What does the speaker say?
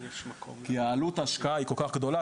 כי עלות ההשקעה היא כל כך גדולה,